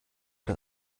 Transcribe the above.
das